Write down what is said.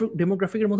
demographic